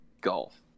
golf